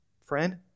Friend